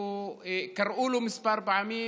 הם קראו לו כמה פעמים,